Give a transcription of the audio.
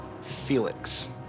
Felix